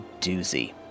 doozy